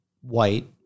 white